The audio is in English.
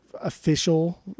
official